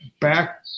back